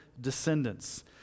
descendants